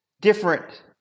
different